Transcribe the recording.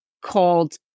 called